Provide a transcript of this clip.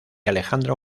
alejandro